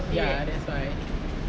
ya that why